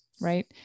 right